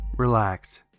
relax